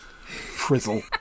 Frizzle